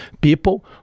people